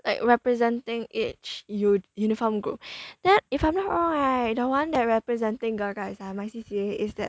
like representing each u~ uniform group that if I'm not wrong right the one that representing girl guides ah my C_C_A is that